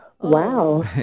Wow